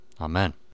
Amen